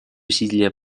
усилия